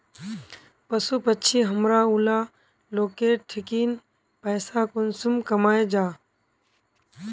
पशु पक्षी हमरा ऊला लोकेर ठिकिन पैसा कुंसम कमाया जा?